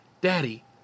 Daddy